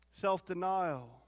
self-denial